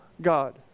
God